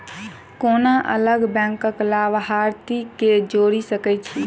कोना अलग बैंकक लाभार्थी केँ जोड़ी सकैत छी?